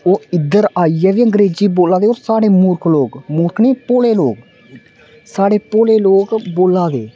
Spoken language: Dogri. ओह् इद्धर आइयै बी अंग्रेजी बोल्ला दे स्हाड़े मूर्ख लोग मूर्ख नी भोले लोग स्हाड़े भोले लोग बोल्ला दे